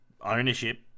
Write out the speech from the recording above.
ownership